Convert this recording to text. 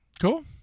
Cool